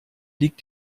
liegt